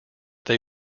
they